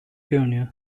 görünüyor